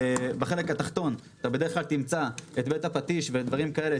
בחלק התחתון בדרך כלל תמצא את בית הפטיש ודברים כאלה,